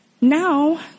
Now